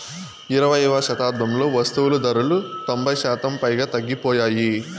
ఇరవైయవ శతాబ్దంలో వస్తువులు ధరలు తొంభై శాతం పైగా తగ్గిపోయాయి